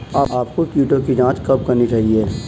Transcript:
आपको कीटों की जांच कब करनी चाहिए?